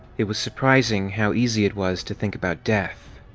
it was surprising how easy it was to think about death.